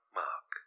mark